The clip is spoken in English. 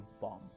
bomb